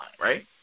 right